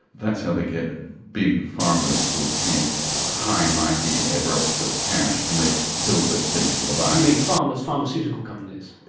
that's how they get big pharmas to obtain high mighty everests of cash to make the pill that saves your life. you mean pharmaceutical companies?